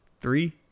Three